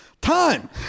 time